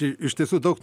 iš tiesų daug